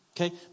Okay